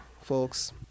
folks